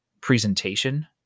presentation